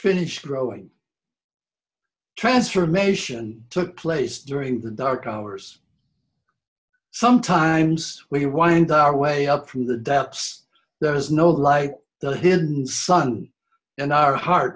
finished growing transformation took place during the dark hours sometimes we wind our way up from the doubts there is no like the hidden sun in our heart